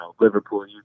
Liverpool